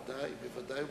בוודאי.